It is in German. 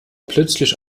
plötzlich